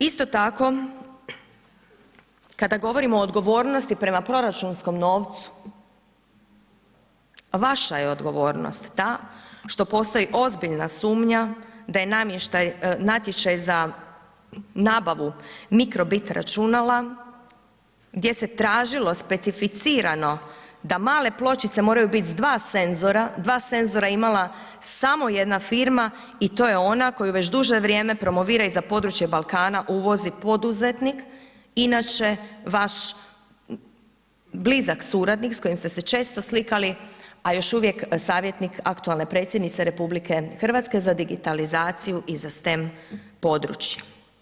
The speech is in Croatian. Isto tako, kada govorimo o odgovornosti prema proračunskom novcu, vaša je odgovornost ta što postoji ozbiljna sumnja da je natječaj za nabavu Microbit računala gdje se tražilo specificirano da male pločice moraju biti s 2 senzora, 2 senzora je imala samo jedna firma i to je ona koju već duže vrijeme promovira i za područje Balkana uvozi poduzetnik, inače vaš blizak suradnik, s kojim ste se često slikali, a još uvijek savjetnik aktualne predsjednice RH za digitalizaciju i za STEM područje.